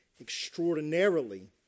extraordinarily